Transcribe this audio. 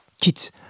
kids